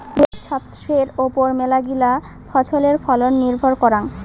ভুঁইয়ত ছাস্থের ওপর মেলাগিলা ফছলের ফলন নির্ভর করাং